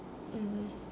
mm